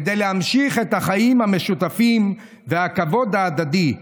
כדי להמשיך את החיים המשותפים והכבוד ההדדי.